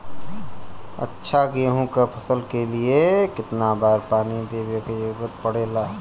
अच्छा गेहूँ क फसल के लिए कितना बार पानी देवे क जरूरत पड़ेला?